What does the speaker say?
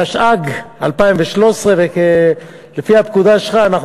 התשע"ג 2013. לפי הפקודה שלך אנחנו